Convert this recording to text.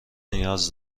نیاز